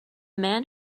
man